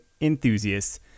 enthusiasts